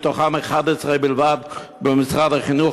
מהן 11 בלבד במשרד החינוך,